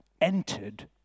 entered